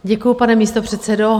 Děkuji, pane místopředsedo.